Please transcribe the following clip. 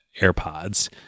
AirPods